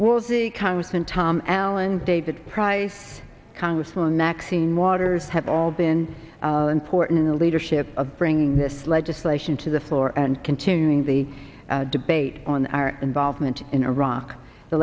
was the congressman tom allen david price congresswoman maxine waters have all been important in the leadership of bringing this legislation to the floor and continuing the debate on our involvement in iraq the